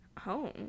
Home